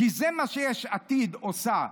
כי זה מה שיש עתיד עושה'.